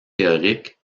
théoriques